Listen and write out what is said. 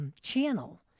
channel